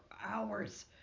hours